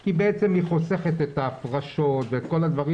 כי בעצם היא חוסכת את ההפרשות וכל הדברים